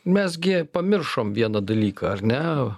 mes gi pamiršom vieną dalyką ar ne